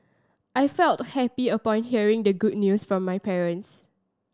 I felt happy upon hearing the good news from my parents